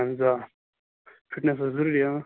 آہن حظ آ فِٹنیٚس حظ ضروٗری